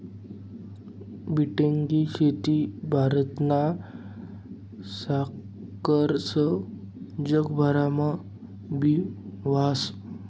बीटनी शेती भारतना सारखस जगभरमा बी व्हस